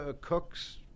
Cooks